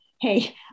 hey